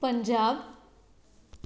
Punjab